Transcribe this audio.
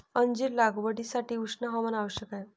अंजीर लागवडीसाठी उष्ण हवामान आवश्यक आहे